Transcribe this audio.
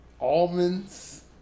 Almonds